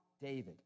David